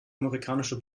amerikanische